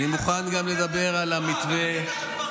אני רוצה להתחיל דווקא בלדבר על ההצעה שעולה בוועדת חוקה,